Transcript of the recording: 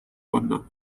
panna